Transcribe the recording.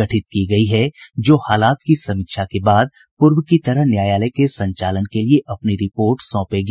गठित की गयी है जो हालात की समीक्षा के बाद पूर्व की तरह न्यायालय के संचालन के लिये अपनी रिपोर्ट सौंपेगी